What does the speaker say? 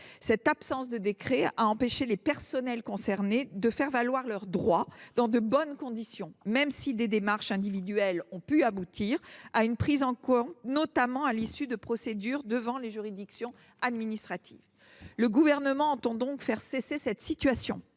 Cette absence de décret a empêché les personnels concernés de faire valoir leurs droits dans de bonnes conditions, même si des démarches individuelles ont pu aboutir à une prise en compte, notamment à l’issue de procédures devant les juridictions administratives. Le Gouvernement entend faire cesser cette situation